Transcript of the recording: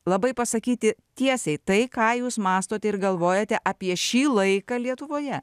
labai pasakyti tiesiai tai ką jūs mąstote ir galvojate apie šį laiką lietuvoje